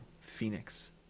Phoenix